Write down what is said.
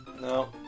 No